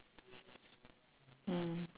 mm